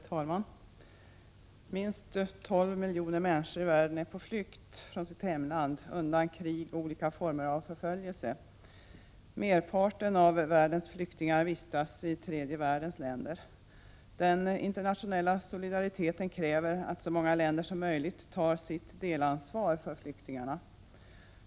Herr talman! Minst 12 miljoner människor i världen är på flykt från sitt hemland undan krig och olika former av förföljelse. Merparten av världens flyktingar vistas i tredje världens länder. Den internationella solidariteten kräver att så många länder som möjligt tar sitt delansvar för flyktingarna.